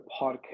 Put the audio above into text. podcast